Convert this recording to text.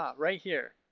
um right here!